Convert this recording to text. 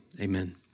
Amen